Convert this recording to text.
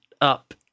up